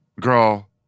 Girl